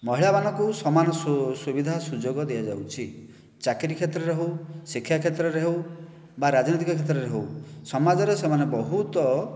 ମହିଳାମାନଙ୍କୁ ସମାନ ସୁବିଧା ସୁଯୋଗ ଦିଆଯାଉଛି ଚାକିରୀ କ୍ଷେତ୍ରରେ ହେଉ ଶିକ୍ଷା କ୍ଷେତ୍ରରେ ହେଉ ବା ରାଜନୈତିକ କ୍ଷେତ୍ରରେ ହେଉ ସମାଜରେ ସେମାନେ ବହୁତ